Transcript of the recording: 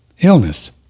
illness